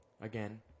again